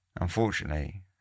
Unfortunately